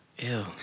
Ew